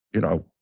you know,